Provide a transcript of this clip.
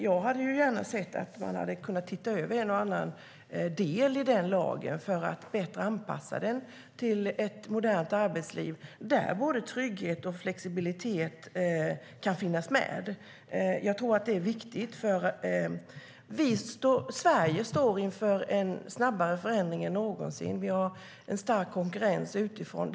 Jag hade gärna sett att man kunde se över en och annan del i lagen för att bättre anpassa den till ett modernt arbetsliv där både trygghet och flexibilitet kan finnas med. Det är viktigt. Sverige står inför en snabbare förändring än någonsin. Det råder stark konkurrens utifrån.